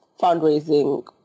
fundraising